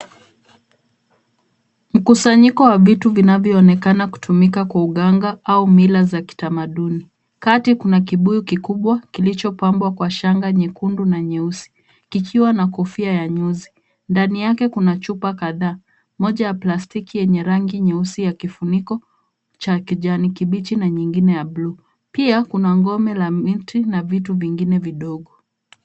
Mkusanyiko wa vitu vinavyoonekana kutumika kwa uganga au mila za kitamaduni. Kati kuna kibuyu kikubwa kilichopambwa kwa shanga nyekundu na nyeusi kikiwa na kofia ya nyuzi. Ndani yake kuna chupa kadhaa, moja ya plastiki yenye rangi nyeusi ya kifuniko cha kijani kibichi na nyingine ya buluu. Pia kuna ngome la mti na vitu vingine vidogo.